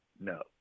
No